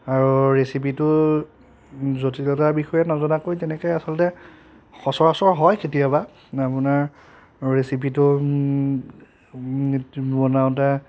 আৰু ৰেচিপিটোৰ জটিলতাৰ বিষয়ে নজনাকৈ তেনেকে আচলতে সচৰাচৰ হয় কেতিয়াবা আপোনাৰ ৰেচিপিটো বনাওঁতে